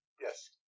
Yes